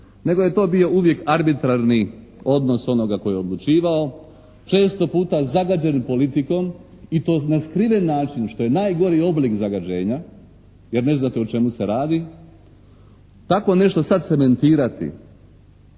nego je to bio uvijek arbitrarni odnos onoga tko je odlučivao često puta zagađen politikom i to na skriven način što je najgori oblik zagađenja jer ne znate o čemu se radi. Tako nešto sada cementirati